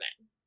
men